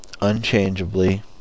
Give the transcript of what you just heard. unchangeably